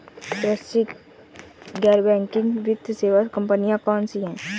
सुरक्षित गैर बैंकिंग वित्त सेवा कंपनियां कौनसी हैं?